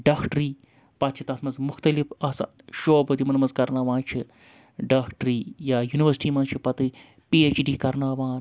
ڈاکٹری پَتہٕ چھِ تَتھ مَنٛز مُختلف آسان شوب یِمَن منٛز کَرناوان چھِ ڈاکٹری یا ینیورسٹی منٛز چھِ پَتہٕ پی اٮ۪چ ڈی کَرناوان